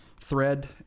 thread